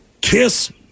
KISS